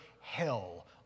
hell